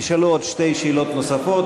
נשאלו עוד שתי שאלות נוספות,